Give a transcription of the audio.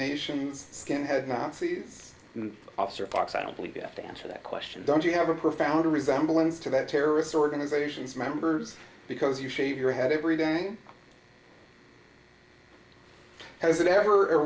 nation skinhead nazi is an officer fox i don't believe you have to answer that question don't you have a profound resemblance to that terrorist organizations members because you shave your head every day has it ever a